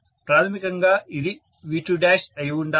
ప్రాథమికంగా ఇది V2 అయి ఉండాలి